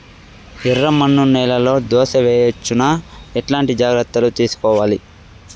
ఎర్రమన్ను నేలలో దోస వేయవచ్చునా? ఎట్లాంటి జాగ్రత్త లు తీసుకోవాలి?